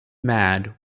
mad